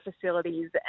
facilities